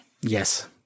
Yes